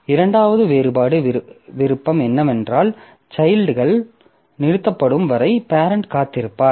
இரண்டாவது செயல்பாடு விருப்பம் என்னவென்றால் சைல்ட்கள் நிறுத்தப்படும் வரை பேரெண்ட் காத்திருப்பார்